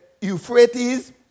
Euphrates